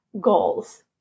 goals